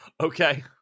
Okay